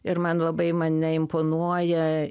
ir man labai mane imponuoja